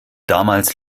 damals